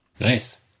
Nice